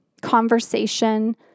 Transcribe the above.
conversation